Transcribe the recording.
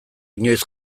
inoiz